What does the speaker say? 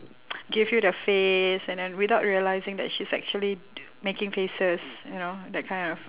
give you the face and then without realising that she's actually making faces you know that kind of